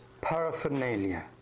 paraphernalia